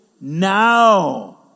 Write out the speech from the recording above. now